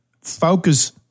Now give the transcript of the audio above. focus